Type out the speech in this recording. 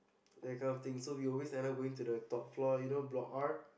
that kind of thing so we always ended going up to the top floor you know block R that kind of thing